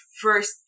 first